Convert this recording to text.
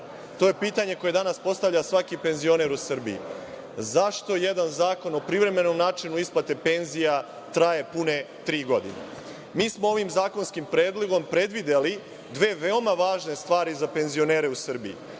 To je pitanje koje danas postavlja svaki penzioner u Srbiji - zašto jedan Zakon o privremenom načinu isplate penzija traje pune tri godine. Mi smo ovim zakonskim predlogom predvideli dve veoma važne stvari za penzionere u Srbiji,